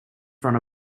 front